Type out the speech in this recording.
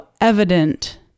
evident